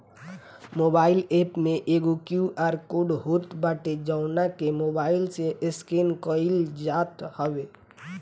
mobile app में एगो QR code होत बाटे जवना के मोबाईल से स्केन कईल जात हवे